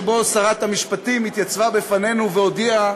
שבו שרת המשפטים התייצבה בפנינו והודיעה